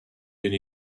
ogni